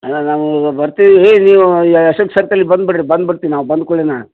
ಅಲ್ಲ ನಾವು ಬರ್ತೀವಿ ನೀವು ಅಶೋಕ್ ಸರ್ಕಲಿಗೆ ಬಂದುಬಿಡ್ರಿ ಬಂದು ಬಿಡ್ತೀವಿ ನಾವು ಬಂದ ಕುಳೆನಾ